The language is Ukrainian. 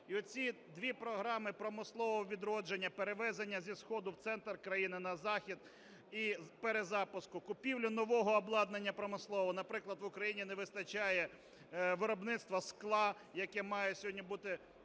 І оці дві програми промислового відродження, перевезення зі сходу в центр країни, на захід і перезапуску, купівля нового обладнання промислового. Наприклад, в Україні не вистачає виробництва скла, яке має сьогодні бути,